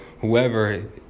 whoever